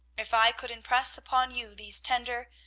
if i could impress upon you these tender,